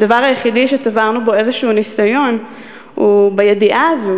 הדבר היחידי שצברנו בו איזשהו ניסיון הוא בידיעה הזו